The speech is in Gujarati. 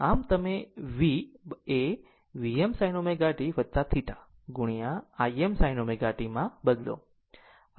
આમ V તમે Vm sin ω t θ ગુણ્યા Im sin ω t માં બદલો